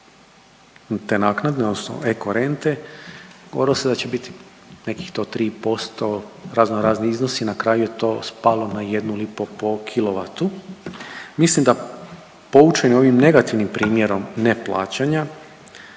te naknade, odnosno eko rente govorilo se da će biti nekih do tri posto razno razni iznosi. Na kraju je to spalo na jednu lipu po kilovatu. Mislim da poučeni ovim negativnim primjerom neplaćanja